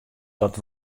dat